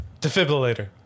Defibrillator